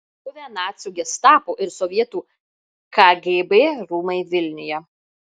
buvę nacių gestapo ir sovietų kgb rūmai vilniuje